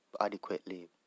adequately